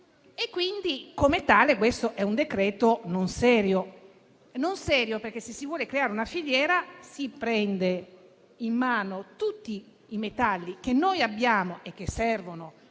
Come tale, questo è un decreto non serio, perché, se si vuole creare una filiera, si prendono in mano tutti i metalli che noi abbiamo e che servono